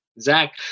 Zach